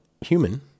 human